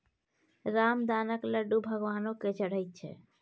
रामदानाक लड्डू भगवानो केँ चढ़ैत छै